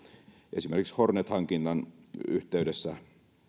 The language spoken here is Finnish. esimerkiksi hornet hankinnan yhteydessä